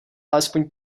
alespoň